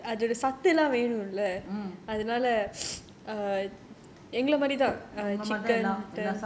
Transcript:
mm